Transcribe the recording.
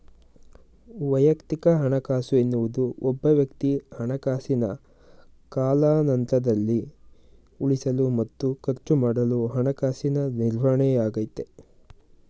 ವೈಯಕ್ತಿಕ ಹಣಕಾಸು ಎನ್ನುವುದು ಒಬ್ಬವ್ಯಕ್ತಿ ಹಣಕಾಸಿನ ಕಾಲಾನಂತ್ರದಲ್ಲಿ ಉಳಿಸಲು ಮತ್ತು ಖರ್ಚುಮಾಡಲು ಹಣಕಾಸಿನ ನಿರ್ವಹಣೆಯಾಗೈತೆ